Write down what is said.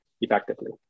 effectively